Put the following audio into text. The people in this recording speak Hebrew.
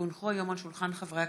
כי הונחו היום על שולחן הכנסת,